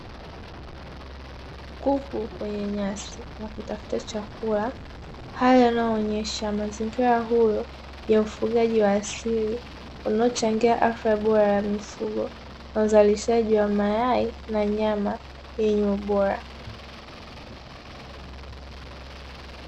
Kuku kwenye nyasi wakitafuta chakula, hali inayoonyesha mazingira huru ya ufugaji wa asili unaochangia afya bora ya mifugo na uzalishaji wa mayai na nyama yenye ubora.